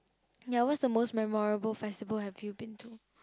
ya what's the most memorable festival have you been to